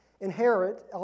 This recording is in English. inherit